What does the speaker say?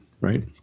right